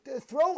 Throw